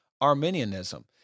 Arminianism